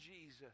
Jesus